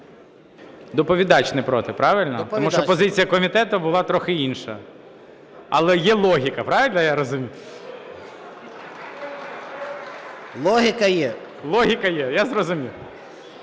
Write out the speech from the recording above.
Доповідач не проти, правильно? Тому що позиція комітету була трохи інша, але є логіка, правильно я розумію? СОЛЬСЬКИЙ М.Т. Логіка є. ГОЛОВУЮЧИЙ.